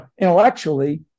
intellectually